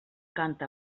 canta